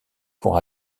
pour